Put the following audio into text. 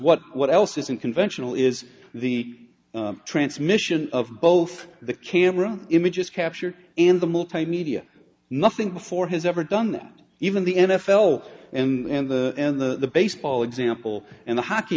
what what else isn't conventional is the transmission of both the camera images captured and the multimedia nothing before has ever done even the n f l and the and the baseball example and the hockey